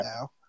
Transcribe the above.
now